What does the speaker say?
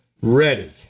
ready